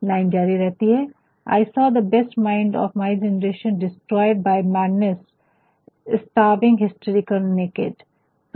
line जारी रहती है I saw the best minds of my generation destroyed by madness starving hysterical naked I saw the best minds of my generation destroyed by madness starving hysterical naked